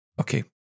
Okay